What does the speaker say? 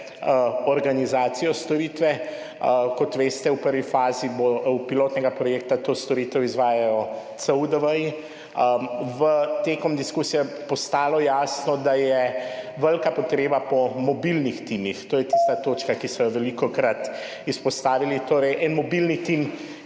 organizacijo storitve. Kot veste, v prvi fazi pilotnega projekta to storitev izvajajo CUDV, tekom diskusije je postalo jasno, da je velika potreba po mobilnih timih. To je tista točka, ki so jo velikokrat izpostavili, torej en mobilni tim,